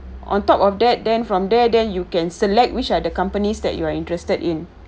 on top of that then from there then you can select which are the companies that you are interested in